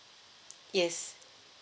yes